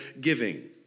giving